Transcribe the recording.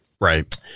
Right